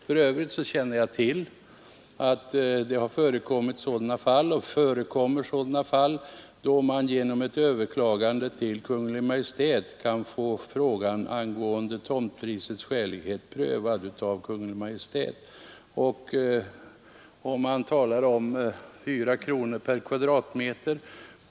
För övrigt känner jag till att det förekommer fall då man genom ett överklagande till Kungl. Maj:t kan få tomtprisets skälighet prövad. Om det är fråga om 4 kronor per m?